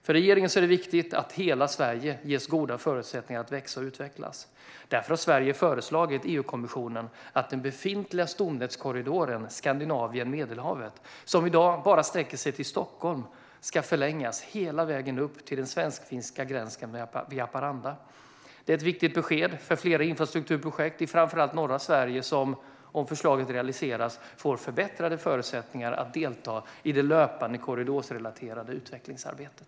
För regeringen är det viktigt att hela Sverige ges goda förutsättningar att växa och utvecklas. Därför har Sverige föreslagit EU-kommissionen att den befintliga stomnätskorridoren Skandinavien-Medelhavet, som i dag bara sträcker sig till Stockholm, ska förlängas hela vägen upp till den svensk-finska gränsen vid Haparanda. Detta är ett viktigt besked för flera infrastrukturprojekt i framför allt norra Sverige. Om förslaget realiseras får de förbättrade förutsättningar att delta i det löpande korridorsrelaterade utvecklingsarbetet.